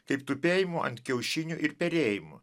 kaip tupėjimu ant kiaušinių ir perėjimu